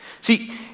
See